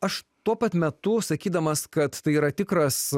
aš tuo pat metu sakydamas kad tai yra tikras